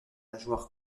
nageoires